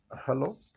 Hello